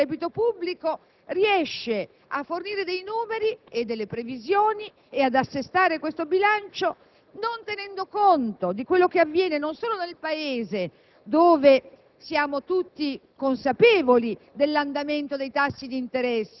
versa. Per esempio, a proposito degli interessi sui titoli del debito pubblico il Governo riesce a fornire dei numeri e delle previsioni e ad assestare questo bilancio non tenendo conto di quanto avviene non solo nel Paese, dove